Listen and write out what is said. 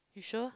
you sure